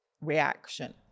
reaction